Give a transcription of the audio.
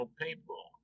people